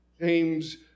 James